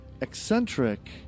eccentric